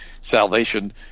salvation